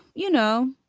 you know,